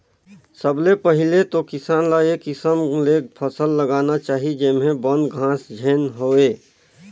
सबले पहिले तो किसान ल ए किसम ले फसल लगाना चाही जेम्हे बन, घास झेन होवे